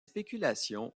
spéculations